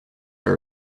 are